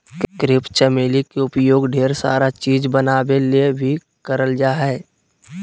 crepe चमेली के उपयोग ढेर सारा चीज़ बनावे ले भी करल जा हय